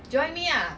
need to like